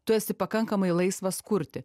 tu esi pakankamai laisvas kurti